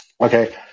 okay